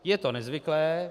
Je to nezvyklé.